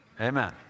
Amen